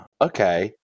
Okay